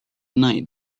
night